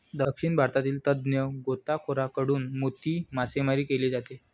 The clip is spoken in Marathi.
दक्षिण भारतातील तज्ञ गोताखोरांकडून मोती मासेमारी केली जाते